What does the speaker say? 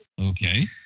Okay